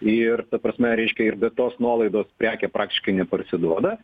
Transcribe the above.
ir ta prasme reiškia ir be tos nuolaidos prekė praktiškai nepasiduoda